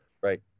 right